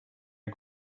are